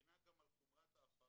מקרינה גם על חומרת ההפרה,